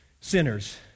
sinners